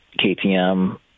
KTM